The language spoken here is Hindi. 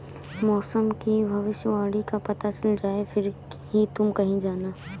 मौसम की भविष्यवाणी का पता चल जाए फिर ही तुम कहीं जाना